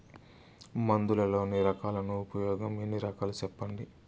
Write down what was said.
మందులలోని రకాలను ఉపయోగం ఎన్ని రకాలు? సెప్పండి?